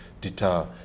deter